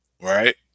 right